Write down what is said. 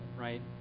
right